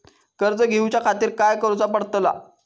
कर्ज घेऊच्या खातीर काय करुचा पडतला?